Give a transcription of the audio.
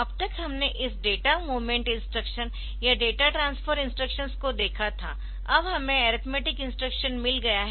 अब तक हमने इस डेटा मूवमेंट इंस्ट्रक्शन या डेटा ट्रांसफर इंस्ट्रक्शंस को देखा था अब हमें अरिथमेटिक इंस्ट्रक्शन मिल गया है